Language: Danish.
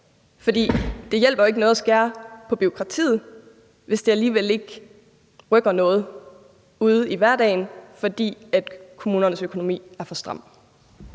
får? Det hjælper jo ikke noget at skære på bureaukratiet, hvis det alligevel ikke rykker noget ude i hverdagen, fordi kommunernes økonomi er for stram.